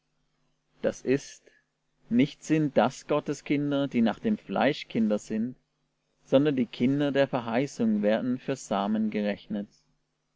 das ist nicht sind das gottes kinder die nach dem fleisch kinder sind sondern die kinder der verheißung werden für samen gerechnet